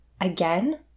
Again